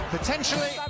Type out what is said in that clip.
Potentially